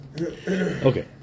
Okay